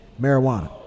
marijuana